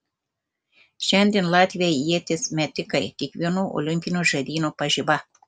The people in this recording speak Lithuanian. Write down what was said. šiandien latviai ieties metikai kiekvienų olimpinių žaidynių pažiba